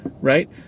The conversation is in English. right